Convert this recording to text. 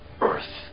earth